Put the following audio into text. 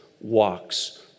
walks